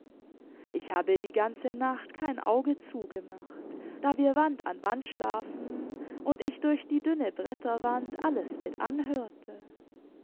ich habe die ganze nacht kein auge zugemacht da wir wand an wand schlafen und ich durch die dünne bretterwand alles mit anhörte